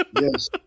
Yes